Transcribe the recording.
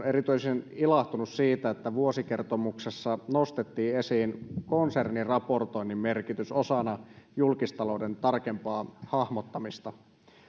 erityisen ilahtunut siitä että vuosikertomuksessa nostettiin esiin konserniraportoinnin merkitys osana julkistalouden tarkempaa hahmottamista